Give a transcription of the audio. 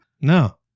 No